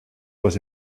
was